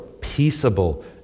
peaceable